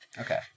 Okay